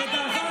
דני דנון,